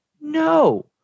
No